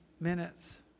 minutes